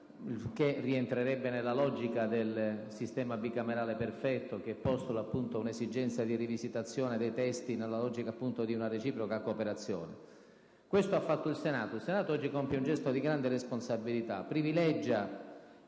che rientrerebbe nella logica del sistema bicamerale perfetto, che postula appunto un'esigenza di rivisitazione dei testi nella logica di una reciproca cooperazione. Questo ha fatto il Senato, che oggi compie un gesto di grande responsabilità: privilegia